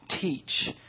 teach